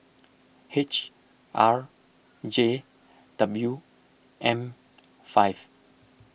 H R J W M five